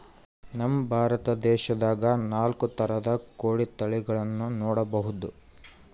ನಮ್ ಭಾರತ ದೇಶದಾಗ್ ನಾಲ್ಕ್ ಥರದ್ ಕೋಳಿ ತಳಿಗಳನ್ನ ನೋಡಬಹುದ್